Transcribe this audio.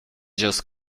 just